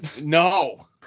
No